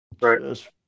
right